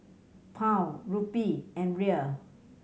Pound Rupee and Riel